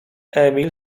emil